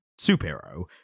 superhero